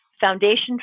foundation